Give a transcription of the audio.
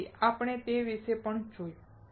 તેથી આપણે તે વિશે પણ જોઈશું